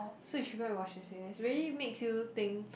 so you should go and watch it it really makes you think